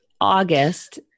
August